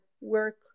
work